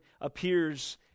appears